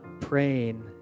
praying